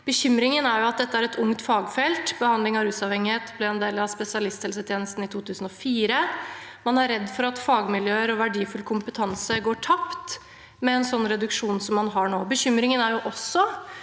Bekymringen er at dette er et ungt fagfelt. Behandling av rusavhengighet ble en del av spesialisthelsetjenesten i 2004. Man er redd for at fagmiljøer og verdifull kompetanse går tapt med en sånn reduksjon som man har nå. Bekymringen er også